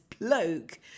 bloke